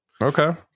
Okay